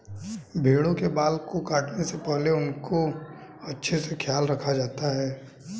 भेड़ों के बाल को काटने से पहले उनका अच्छे से ख्याल रखा जाता है